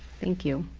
thank you.